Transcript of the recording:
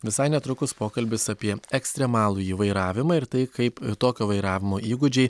visai netrukus pokalbis apie ekstremalųjį vairavimą ir tai kaip tokio vairavimo įgūdžiai